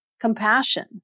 compassion